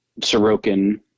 Sorokin